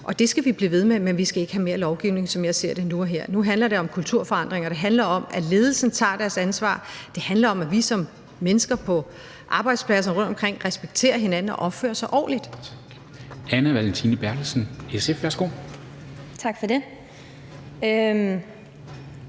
og det skal vi blive ved med at have. Men vi skal, som jeg ser det, ikke have mere lovgivning nu og her. Nu handler det om kulturforandringer; det handler om, at ledelsen tager deres ansvar, og det handler om, at vi som mennesker på arbejdspladser rundtomkring respekterer hinanden og opfører os ordentligt.